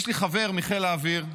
יש לי חבר מחיל האוויר,